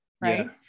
right